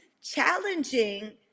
challenging